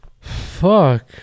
Fuck